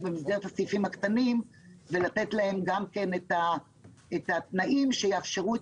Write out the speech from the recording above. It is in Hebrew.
אז במסגרת הסעיפים הקטנים ולתת גם להם את התנאים שיאפשרו את